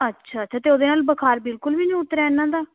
ਅੱਛਾ ਅੱਛ ਅਤੇ ਉਹਦੇ ਨਾਲ ਬੁਖਾਰ ਬਿਲਕੁਲ ਵੀ ਨਹੀਂ ਉਤਰਿਆ ਇਹਨਾਂ ਦਾ